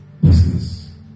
business